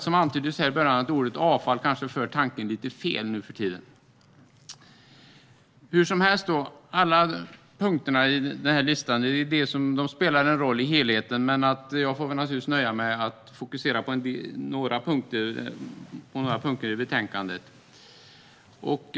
Som antyddes här i början kanske ordet avfall för tanken lite fel nu för tiden. Hur som helst spelar alla punkterna på listan en roll för helheten, men jag får naturligtvis nöja mig med att fokusera på några punkter i betänkandet.